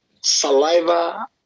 saliva